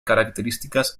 características